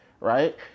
right